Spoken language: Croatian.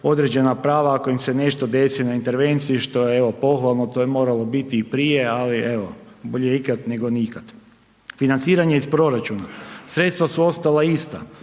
određena prava ako im se nešto desi na intervenciji što je evo pohvalno, to je moralo biti i prije, ali evo bolje ikad nego nikad. Financiranje iz proračuna, sredstva su ostala ista